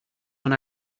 when